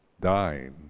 dying